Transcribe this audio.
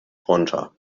runter